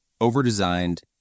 overdesigned